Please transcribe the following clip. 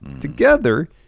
Together